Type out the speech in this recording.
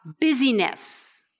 busyness